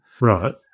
Right